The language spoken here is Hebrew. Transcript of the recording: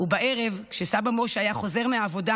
ובערב, כשסבא משה היה חוזר מהעבודה,